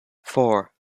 four